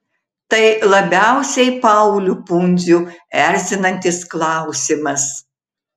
tai labiausiai paulių pundzių erzinantis klausimas